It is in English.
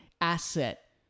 asset